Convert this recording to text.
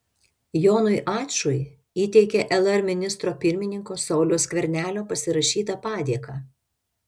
jonui ačui įteikė lr ministro pirmininko sauliaus skvernelio pasirašytą padėką